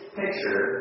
picture